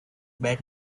bad